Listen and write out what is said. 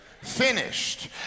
finished